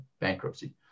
bankruptcy